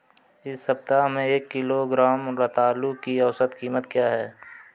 इस सप्ताह में एक किलोग्राम रतालू की औसत कीमत क्या है?